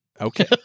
Okay